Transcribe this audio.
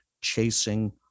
Chasing